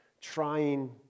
trying